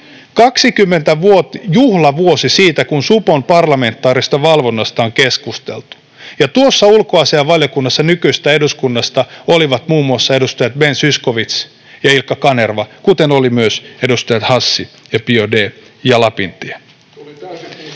20-vuotisjuhlavuosi siitä, kun supon parlamentaarisesta valvonnasta on keskusteltu, ja tuossa ulkoasiainvaliokunnassa nykyisestä eduskunnasta olivat muun muassa edustajat Ben Zyskowicz ja Ilkka Kanerva, kuten olivat myös edustajat Hassi ja Biaudet ja Lapintie.